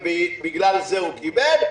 ובגלל זה הוא קיבל,